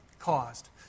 caused